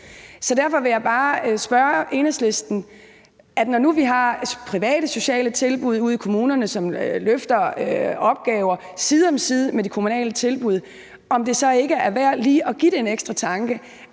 Derfor vil jeg bare spørge Enhedslisten: Når nu vi har private sociale tilbud ude i kommunerne, som løfter opgaver side om side med de kommunale tilbud, om det så ikke er værd lige at give det en ekstra tanke,